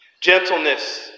Gentleness